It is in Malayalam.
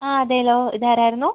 ആ അതെലോ ഇതാരായിരുന്നു